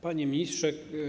Panie Ministrze!